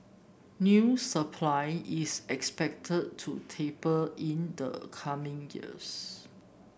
new supply is expected to taper in the coming years